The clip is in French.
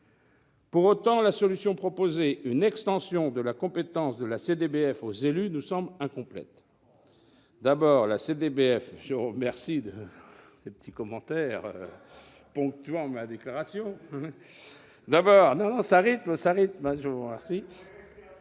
Pour autant, la solution proposée, à savoir une extension de la compétence de la CDBF aux élus, nous semble incomplète.